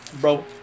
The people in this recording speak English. Bro